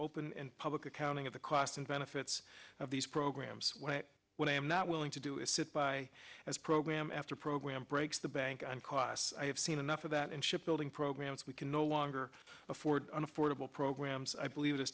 open and public accounting of the costs and benefits of these programs when i am not willing to do is sit by as program after program breaks the bank i'm cos i have seen enough of that and shipbuilding programs we can no longer afford an affordable programs i believe it